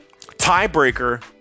tiebreaker